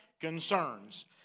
concerns